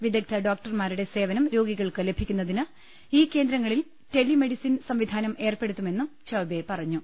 വിദഗ്ധ ഡോക്ടർമാരുടെ സേവനം രോഗികൾക്ക് ലഭിക്കുന്നതിന് ഈ കേന്ദ്രങ്ങ ളിൽ ടെലി മെ ഡി സിൻ സംവിധാനം ഏർപ്പെടുത്തു മെന്നും ചൌബെ പറഞ്ഞു